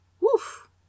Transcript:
Woof